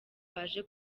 waje